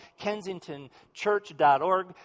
KensingtonChurch.org